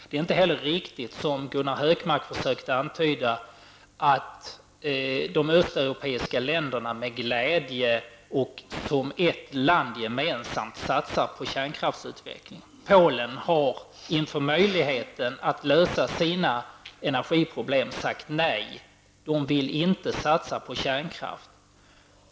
Det är inte heller riktigt som Gunnar Hökmark försökte antyda att de östeuropeiska länderna med glädje och som ett land gemensamt satsar på kärnkraftsutveckling. Polen har inför möjligheten att lösa sina energiproblem sagt nej. Man vill inte satsa på kärnkraft.